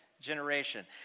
generation